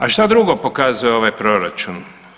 A šta drugo pokazuje ovaj proračun?